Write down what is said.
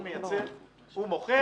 הוא מייצר, הוא מוכר